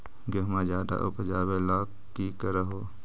गेहुमा ज्यादा उपजाबे ला की कर हो?